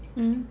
mm